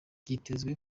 byitezwe